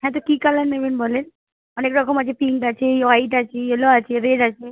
হ্যাঁ তো কি কালার নেবেন বলেন অনেক রকম আছে পিঙ্ক আছে হোয়াইট আছে ইয়েলো আছে রেড আছে